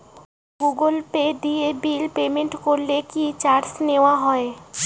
Google Pay দিয়ে bill payment করলে কি চার্জ নেওয়া হয়?